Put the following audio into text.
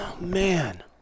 Man